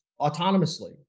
autonomously